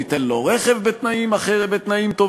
ניתן לו רכב בתנאים טובים,